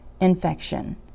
infection